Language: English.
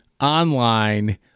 Online